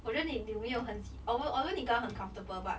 我觉得你你有没有很喜 although 你跟他很 comfortable but